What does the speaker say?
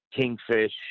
Kingfish